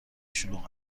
شلوغ